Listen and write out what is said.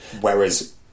whereas